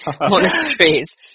monasteries